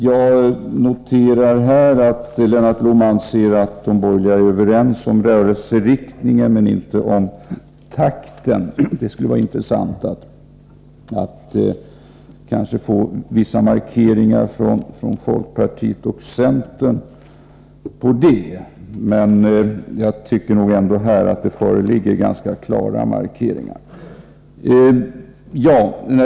Jag noterar att Lennart Blom anser att de borgerliga är överens om rörelseriktningen men inte om takten. Det skulle vara intressant att få vissa markeringar från folkpartiet och centern på den punkten — även om det redan föreligger ganska klara markeringar.